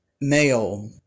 male